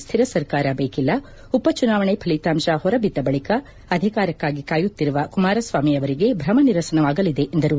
ಸ್ವಿರ ಸರ್ಕಾರ ಬೇಕಿಲ್ಲ ಉಪ ಚುನಾವಣೆ ಫಲಿತಾಂಶ ಹೊರಬಿದ್ದ ಬಳಕ ಅಧಿಕಾರಕ್ಕಾಗಿ ಕಾಯುತ್ತಿರುವ ಕುಮಾರಸ್ವಾಮಿಯವರಿಗೆ ಭ್ರಮ ನಿರಸನವಾಗಲಿದೆ ಎಂದರು